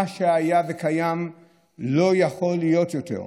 מה שהיה וקיים לא יכול להיות יותר.